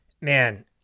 man